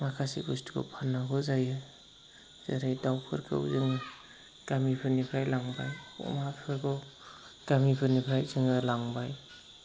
माखासे बुस्थुखौ फाननांगौ जायो जेरै दाउफोरखौ जों गामिफोरनिफ्राय लांबाय अमा फोरखौ गामिफोरनिफ्राय जोङो लांबाय